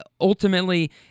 ultimately